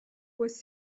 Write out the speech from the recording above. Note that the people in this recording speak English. was